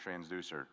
transducer